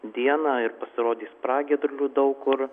dieną ir pasirodys pragiedrulių daug kur